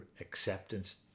acceptance